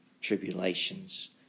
tribulations